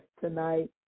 tonight